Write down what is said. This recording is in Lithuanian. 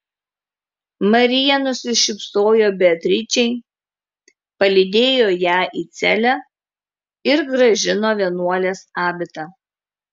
marija nusišypsojo beatričei palydėjo ją į celę ir grąžino vienuolės abitą